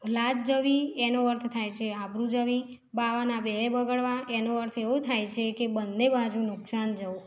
લાજ જવી એનો અર્થ થાય છે કે આબરૂ જવી બાવાના બે એ બગડવા એનો અર્થ એવો થાય છે કે બંને બાજુ નુકસાન જવું